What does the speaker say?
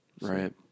Right